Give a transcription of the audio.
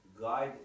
guide